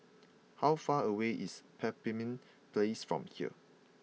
how far away is Pemimpin Place from here